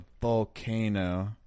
volcano